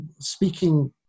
speaking